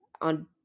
on